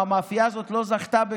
שהמאפייה הזאת לא זכתה בכלום,